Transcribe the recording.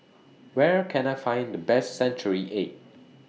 Where Can I Find The Best Century Egg